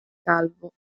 calvo